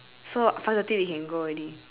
so five thirty we can go already